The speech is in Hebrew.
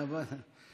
תודה רבה לך.